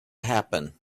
happen